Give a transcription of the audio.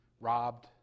robbed